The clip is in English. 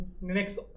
next